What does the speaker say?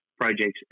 projects